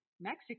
Mexico